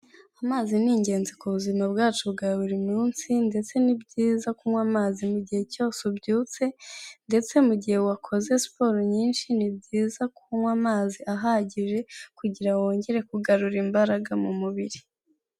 Amazi ni ingenzi ku buzima bwacu bwa buri munsi ndetse ni byiza kunywa amazi mu gihe cyose ubyutse, ndetse mu gihe wakoze siporo nyinshi ni byiza kunywa amazi ahagije kugira wongere kugarura imbaraga mu mubiri.